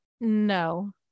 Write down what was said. no